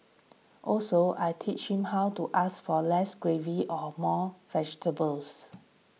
also I teach him how to ask for less gravy or more vegetables